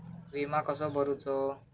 विमा कसो भरूचो?